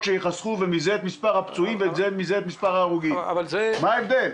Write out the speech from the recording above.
מה ההבדל?